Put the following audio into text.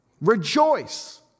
Rejoice